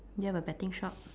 do you have a betting shop